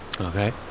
Okay